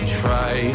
try